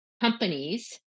companies